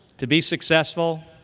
to be successful,